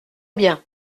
bien